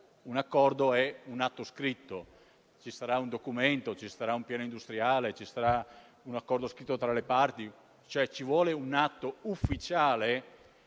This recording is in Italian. Un accordo è un atto scritto; ci saranno un documento e un piano industriale; ci sarà un accordo scritto tra le parti: ci vuole un atto ufficiale